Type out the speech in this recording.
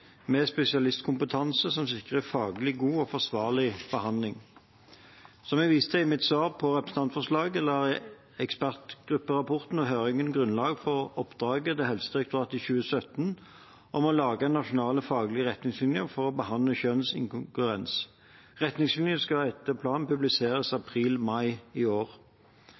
med spesialistkompetanse som sikrer faglig god og forsvarlig behandling. Som jeg viste til i mitt svar på representantforslaget, la ekspertgrupperapporten og høringen grunnlag for oppdraget til Helsedirektoratet i 2017 om å lage nasjonale faglige retningslinjer for å behandle kjønnsinkongruens. Retningslinjene skal etter planen publiseres i april/mai i år.